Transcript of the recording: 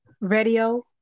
radio